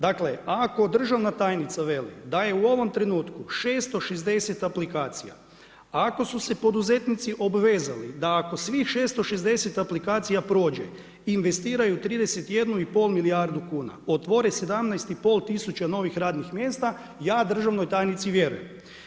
Dakle ako državna tajnica velik da je u ovom trenutku 660 aplikacija, ako su se poduzetnici obvezali da ako svih 660 aplikacija prođe, investiraju 31,5 milijardu kuna, otvore 17,5 tisuća novih radnih mjesta, ja državnoj tajnici vjerujem.